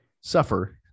Suffer